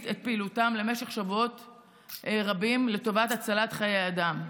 את פעילותם למשך שבועות רבים לטובת הצלת חיי אדם.